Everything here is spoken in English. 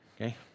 Okay